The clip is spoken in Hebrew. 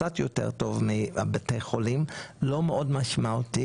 זה קצת יותר טוב מבתי חולים לא מאוד משמעותי.